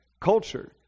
culture